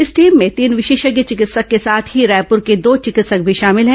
इस टीम मे तीन विशेषज्ञ चिकित्सक के साथ ही रायपूर के दो चिकित्सक भी शामिल हैं